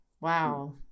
wow